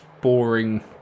boring